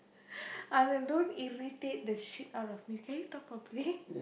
Anand don't irritate the shit out of me can you talk properly